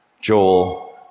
Joel